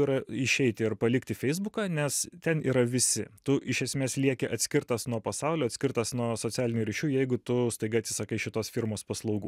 yra išeiti ir palikti feisbuką nes ten yra visi tu iš esmės lieki atskirtas nuo pasaulio atskirtas nuo socialinių ryšių jeigu tu staiga atsisakai šitos firmos paslaugų